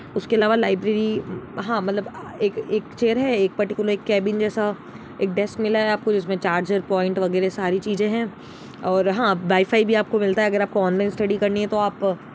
उसके अलावा लाइब्रेरी हाँ मतलब एक एक चेयर है एक पर्टिक्युलर एक कैबिन जैसा एक डेस्क मिला है आपको जिसमें चार्जर पॉइंट वगैरह सारी चीजें हैं और हाँ वाईफाई भी मिलता है अगर आपको ऑनलाइन स्टडी करनी है तो आप